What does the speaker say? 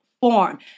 form